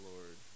Lord